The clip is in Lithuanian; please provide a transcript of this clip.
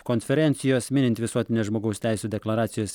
konferencijos minint visuotinės žmogaus teisių deklaracijos